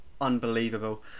unbelievable